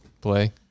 play